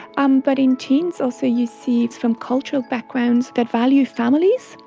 um but in teens also you see it's from cultural backgrounds that value families,